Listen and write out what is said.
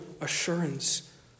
assurance